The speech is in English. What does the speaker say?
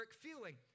feeling